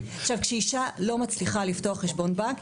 כשאישה לא מצליחה לפתוח חשבון בנק,